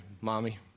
mommy